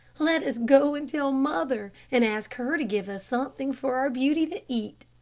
let us go and tell mother, and ask her to give us something for our beauty to eat.